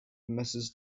mrs